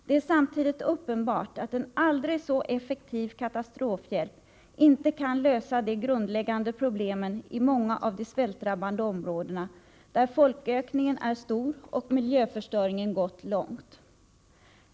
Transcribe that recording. Det är samtidigt uppenbart att en aldrig så effektiv katastrofhjälp inte kan lösa de grundläggande problemen i många av de svältdrabbade områdena, där folkökningen är stor och miljöförstöringen gått långt.